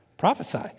prophesy